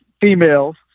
females